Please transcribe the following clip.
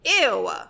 Ew